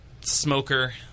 smoker